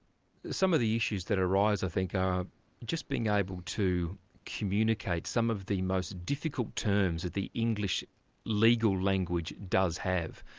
some of the issues that arise i think are just being able to communicate some of the most difficult terms that the english legal language does have.